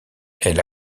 elle